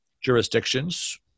jurisdictions